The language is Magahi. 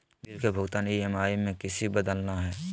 बिल के भुगतान ई.एम.आई में किसी बदलना है?